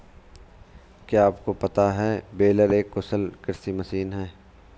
क्या आपको पता है बेलर एक कुशल कृषि मशीन है?